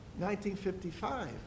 1955